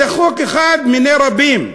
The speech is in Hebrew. זה חוק אחד מני רבים.